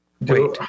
Wait